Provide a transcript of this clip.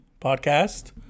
podcast